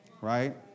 right